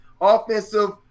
offensive